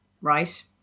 right